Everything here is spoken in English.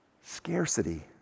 Scarcity